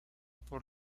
por